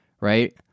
right